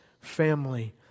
family